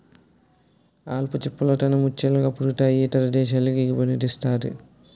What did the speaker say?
ఆల్చిచిప్పల్ లో ముత్యాలు పుడతాయి ఇతర దేశాలకి ఎగుమతిసేస్తారు